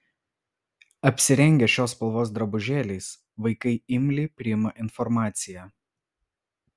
apsirengę šios spalvos drabužėliais vaikai imliai priima informaciją